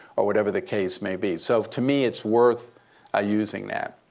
or whatever the case may be. so to me, it's worth ah using that.